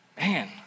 man